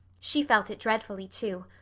she felt it dreadfully, too,